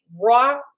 raw